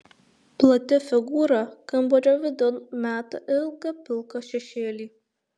plati figūra kambario vidun meta ilgą pilką šešėlį